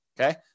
Okay